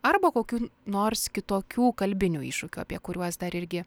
arba kokių nors kitokių kalbinių iššūkių apie kuriuos dar irgi